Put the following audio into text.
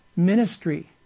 ministry